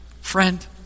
Friend